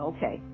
Okay